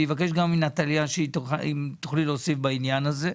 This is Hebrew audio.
אני אבקש גם מנטליה, אם תוכלי להוסיף בעניין הזה.